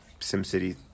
SimCity